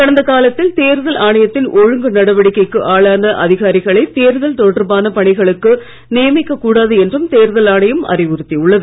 கடந்த காலத்தில் தேர்தல் ஆணையத்தின் ஒழுங்கு நடவடிக்கைக்கு ஆளான அதிகாரிகளை தேர்தல் தொடர்பான பணிகளுக்கு நியமிக்கக் கூடாது என்றும் தேர்தல் ஆணையம் அறிவுறுத்தி உள்ளது